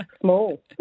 small